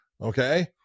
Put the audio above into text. Okay